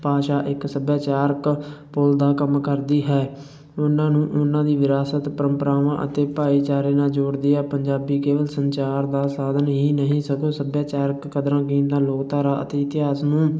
ਭਾਸ਼ਾ ਇੱਕ ਸੱਭਿਆਚਾਰਕ ਪੁੱਲ ਦਾ ਕੰਮ ਕਰਦੀ ਹੈ ਉਹਨਾਂ ਨੂੰ ਉਹਨਾਂ ਦੀ ਵਿਰਾਸਤ ਪਰੰਪਰਾਵਾਂ ਅਤੇ ਭਾਈਚਾਰੇ ਨਾਲ ਜੋੜਦੀ ਹੈ ਪੰਜਾਬੀ ਕੇਵਲ ਸੰਚਾਰ ਦਾ ਸਾਧਨ ਹੀ ਨਹੀਂ ਸਗੋਂ ਸੱਭਿਆਚਾਰਕ ਕਦਰਾਂ ਲੋਕਧਾਰਾ ਅਤੇ ਇਤਿਹਾਸ ਨੂੰ